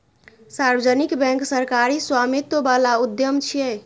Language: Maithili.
सार्वजनिक बैंक सरकारी स्वामित्व बला उद्यम छियै